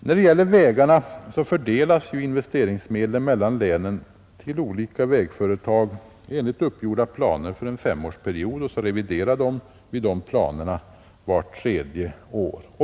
När det gäller vägarna fördelas investeringsmedlen mellan länen till olika vägföretag enligt uppgjorda planer för en femårsperiod, och sedan revideras dessa planer vart tredje år.